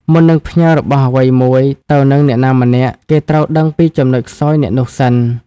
មុននឹងផ្ញើរបស់អ្វីមួយទៅនឹងអ្នកណាម្នាក់ គេត្រូវដឹងពីចំណុចខ្សោយអ្នកនោះសិន ។